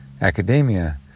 academia